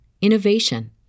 innovation